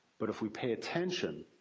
but if we pay attention,